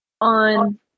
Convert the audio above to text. On